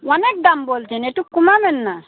অনেক দাম বলছেন একটু কমাবেন না